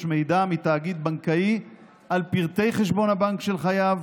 מידע מתאגיד בנקאי על פרטי חשבון הבנק של חייב